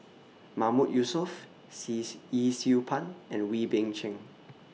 Mahmood Yusof Yee Siew Pun and Wee Beng Chong